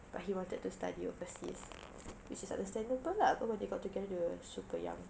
but he wanted to study overseas which is understandable lah because when they got together they were super young